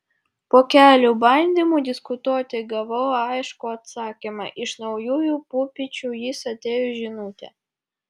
po kelių bandymų diskutuoti gavau aiškų atsakymą iš naujųjų pupyčių jis atėjo žinute